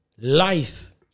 Life